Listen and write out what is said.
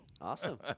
awesome